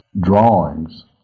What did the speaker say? drawings